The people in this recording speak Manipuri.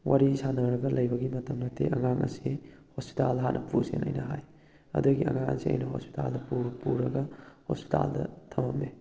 ꯋꯥꯔꯤ ꯁꯥꯟꯅꯔꯒ ꯂꯩꯕꯒꯤ ꯃꯇꯝ ꯅꯠꯇꯦ ꯑꯉꯥꯡ ꯑꯁꯦ ꯍꯣꯁꯄꯤꯇꯥꯜꯗ ꯍꯥꯟꯅ ꯄꯨꯁꯦꯅ ꯑꯩꯅ ꯍꯥꯏ ꯑꯗꯨꯗꯒꯤ ꯑꯉꯥꯡ ꯑꯁꯦ ꯑꯩꯅ ꯍꯣꯁꯄꯇꯥꯜꯗ ꯄꯨꯔꯒ ꯍꯣꯁꯄꯤꯇꯥꯜꯗ ꯊꯃꯝꯃꯦ